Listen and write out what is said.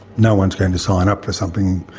no one is going to sign up for something,